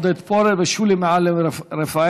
עודד פורר ושולי מועלם-רפאלי.